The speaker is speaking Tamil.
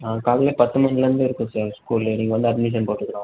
ஆ காலையில் பத்து மணியிலேருந்து இருக்கும் சார் ஸ்கூலு நீங்கள் வந்து அட்மிஷன் போட்டுக்கலாம்